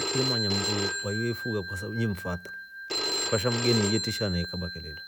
Yemanya mndu wayo ye fuga kwa sababu yemfata kasha mgeni ye tisha na ikaba kelele.